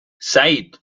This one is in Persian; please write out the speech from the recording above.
سعید